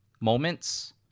moments